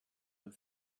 and